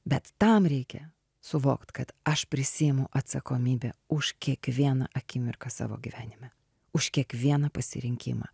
bet tam reikia suvokt kad aš prisiimu atsakomybę už kiekvieną akimirką savo gyvenime už kiekvieną pasirinkimą